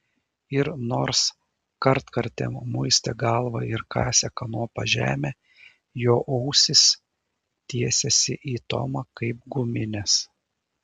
ir nors kartkartėm muistė galvą ir kasė kanopa žemę jo ausys tiesėsi į tomą kaip guminės